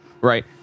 right